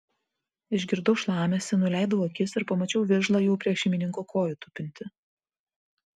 išgirdau šlamesį nuleidau akis ir pamačiau vižlą jau prie šeimininko kojų tupintį